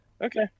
Okay